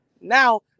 Now